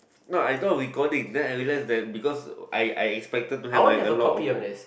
no I thought recording then I realised that because I I expected to have a lot of of